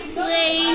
play